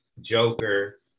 Joker